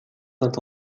saint